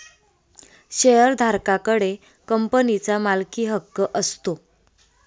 शेअरधारका कडे कंपनीचा मालकीहक्क असतो